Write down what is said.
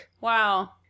Wow